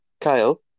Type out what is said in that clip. Kyle